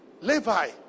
levi